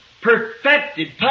perfected